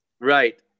Right